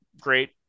great